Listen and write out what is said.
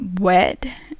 wet